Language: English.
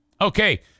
Okay